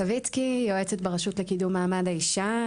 יועצת ברשות לקידום מעמד האישה,